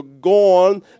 gone